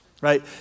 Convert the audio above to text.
right